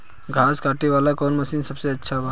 घास काटे वाला कौन मशीन सबसे अच्छा बा?